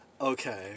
Okay